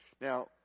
Now